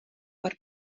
per